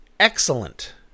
Excellent